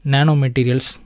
Nanomaterials